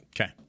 Okay